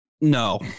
No